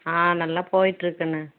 ஆ நல்லா போயிட்டு இருக்கு கன்னு